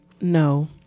no